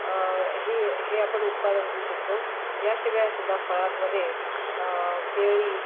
ही हे आपण उत्पादन घेऊ शकतो याशिवाय सुद्धा फळांमध्ये केळी